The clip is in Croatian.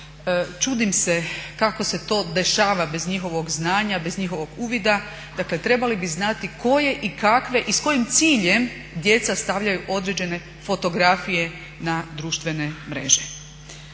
čudim se kako se to dešava bez njihovog znanja, bez njihovog uvida, dakle trebali bi znati koje i kakve i s kojim ciljem djeca stavljaju određene fotografije na društvene mreže.